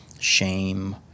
shame